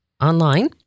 online